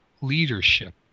leadership